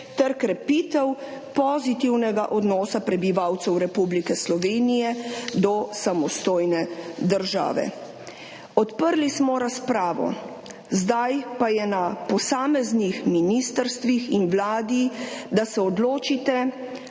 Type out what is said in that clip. ter krepitev pozitivnega odnosa prebivalcev Republike Slovenije do samostojne države. Odprli smo razpravo, zdaj pa je na posameznih ministrstvih in Vladi, da se odločite,